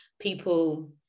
People